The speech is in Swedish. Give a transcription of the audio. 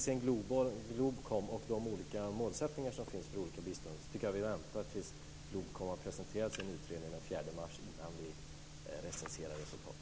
Vad gäller Globkom och de olika målsättningar som finns för olika bistånd tycker jag att vi väntar med att recensera resultatet tills Globkom har presenterat sin utredning den 4 mars.